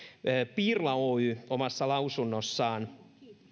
piirla oy omassa lausunnossaan